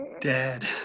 Dad